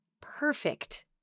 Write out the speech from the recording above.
perfect